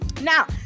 Now